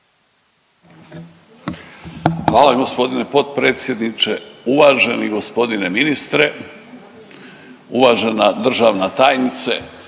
Hvala g. potpredsjedniče. Uvaženi g. ministre, uvažena državna tajnice.